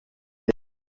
est